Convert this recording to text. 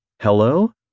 Hello